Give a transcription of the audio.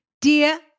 Dear